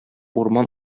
урман